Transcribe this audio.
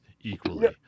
equally